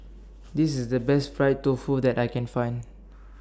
This IS The Best Fried Tofu that I Can Find